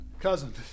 cousin